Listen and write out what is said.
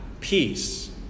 peace